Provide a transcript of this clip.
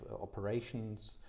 operations